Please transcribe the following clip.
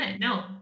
No